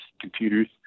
computers